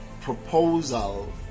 proposal